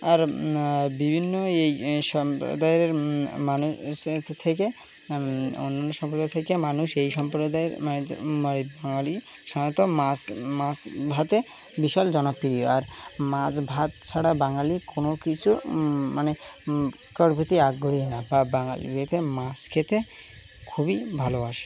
আর বিভিন্ন এই সম্প্রদায়ের মানুষ থেকে অন্যান্য সম্প্রদায়ের থেকে মানুষ এই সম্প্রদায়ের বাঙালি সাত মাস মাস ভাতে বিশাল জনপ্রিয় আর মাস ভাত ছাড়া বাঙালি কোনো কিছু মানে কারভতি আগ্রহী না বা বাঙালিয়েতে মাস খেতে খুবই ভালোবাসে